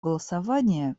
голосования